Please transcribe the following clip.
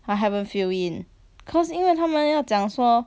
I haven't fill in cause 因为他们要讲说